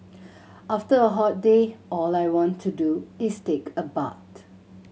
after a hot day all I want to do is take a bath